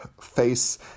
face